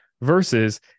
versus